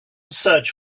search